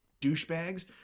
douchebags